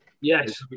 Yes